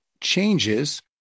changes